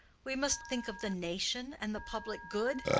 we must think of the nation and the public good.